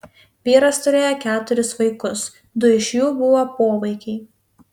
vyras turėjo keturis vaikus du iš jų buvo povaikiai